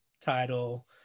title